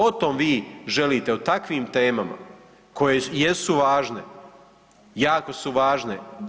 O tom vi želite o takvim temama koje jesu važne, jako su važne.